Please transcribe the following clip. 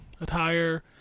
attire